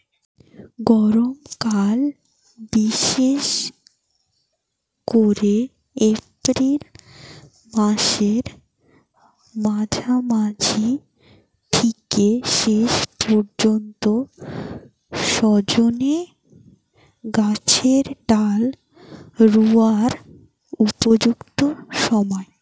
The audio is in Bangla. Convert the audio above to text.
গরমকাল বিশেষ কোরে এপ্রিল মাসের মাঝামাঝি থিকে শেষ পর্যন্ত সজনে গাছের ডাল রুয়ার উপযুক্ত সময়